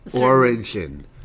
origin